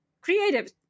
creative